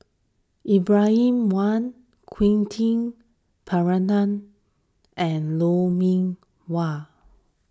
Ibrahim Awang Quentin Pereira and Lou Mee Wah